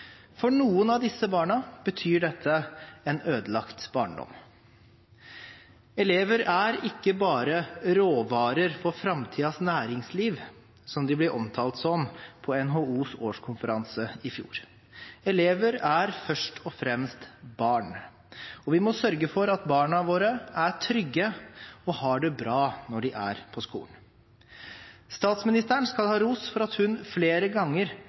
For noen av disse barna betyr dette en ødelagt barndom. Elever er ikke bare råvarer for framtidens næringsliv, som de ble omtalt som på NHOs årskonferanse i fjor. Elever er først og fremst barn, og vi må sørge for at barna våre er trygge og har det bra når de er på skolen. Statsministeren skal ha ros for at hun flere ganger